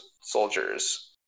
soldiers